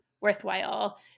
worthwhile